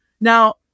Now